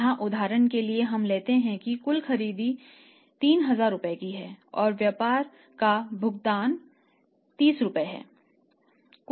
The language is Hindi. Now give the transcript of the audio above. यहाँ उदाहरण के लिए हम लेते हैं कि कुल खरीद 3000 रुपये की है और व्यापार का भुगतान रु 30 है